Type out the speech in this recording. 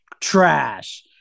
trash